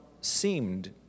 seemed